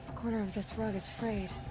corner of this rug is frayed.